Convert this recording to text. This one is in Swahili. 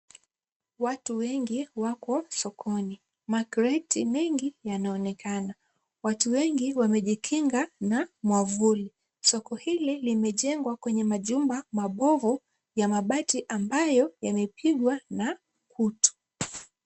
Watu wengine wako sokoni. Makreti mengi yanaonekana. Watu wengine wamejikinga na mwavuli. Soko hili limejengwa kwenye majumba mabovu ya mabati ambayo yamepigwa na kutu.